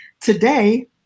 Today